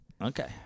Okay